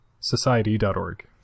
Society.org